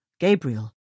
Gabriel